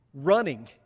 running